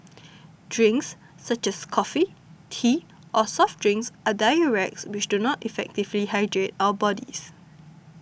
drinks such as coffee tea or soft drinks are diuretics which do not effectively hydrate our bodies